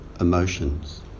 emotions